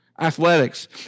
Athletics